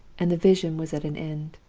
and the vision was at an end